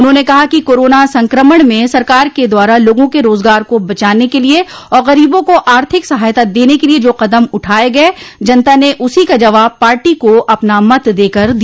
उन्होंने कहा कि कोरोना संक्रमण में सरकार के द्वारा लोगों के रोजगार को बचाने के लिये और गरीबों को आर्थिक सहायता देने के लिये जो कदम उठाये गये जनता ने उसी का जवाब पार्टी को अपना मत देकर दिया